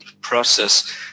process